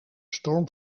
storm